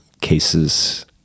cases